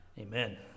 Amen